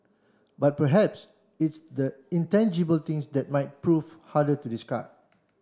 but perhaps it's the intangible things that might prove harder to discard